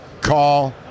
call